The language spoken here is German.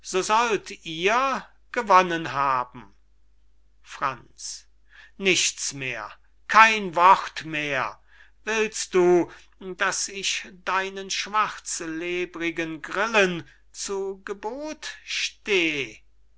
ihr gewonnen haben franz nichts mehr kein wort mehr willst du daß ich deinen schwarzlebrigen grillen zu gebote steh